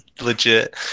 legit